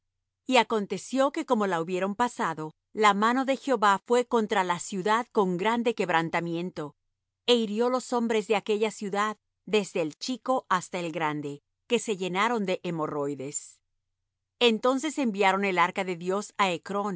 y aconteció que como la hubieron pasado la mano de jehová fué contra la ciudad con grande quebrantamiento é hirió los hombres de aquella ciudad desde el chico hasta el grande que se llenaron de hemorroides entonces enviaron el arca de dios